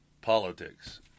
politics